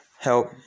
help